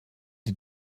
die